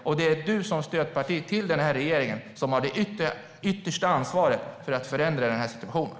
Det är Vänsterpartiet som stödparti till regeringen som har det yttersta ansvaret för att förändra situationen.